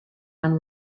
and